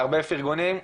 הרבה פרגונים,